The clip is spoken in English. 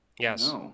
Yes